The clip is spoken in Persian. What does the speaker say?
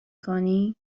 کنی